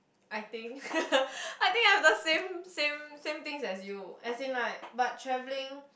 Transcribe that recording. I think I think I have the same same same things as you as in like but travelling